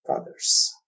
others